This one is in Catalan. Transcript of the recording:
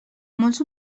molts